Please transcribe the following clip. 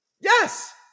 Yes